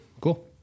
Cool